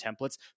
templates